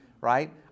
right